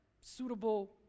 suitable